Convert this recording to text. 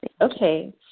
Okay